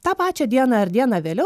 tą pačią dieną ar dieną vėliau